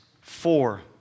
four